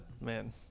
man